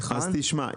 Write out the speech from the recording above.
שמע,